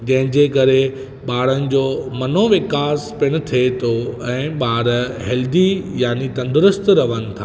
जंहिं जे करे ॿारनि जो मनो विकास पिण थिए थो ऐं ॿारु हेल्दी यानी तंदुरुस्त रहनि था